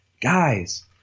guys